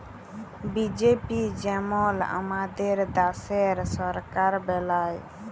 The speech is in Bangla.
বিজেপি যেমল আমাদের দ্যাশের সরকার বেলায়